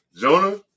Jonah